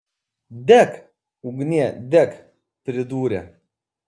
dek ugnie dek pridūrė